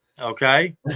Okay